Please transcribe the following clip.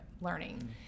learning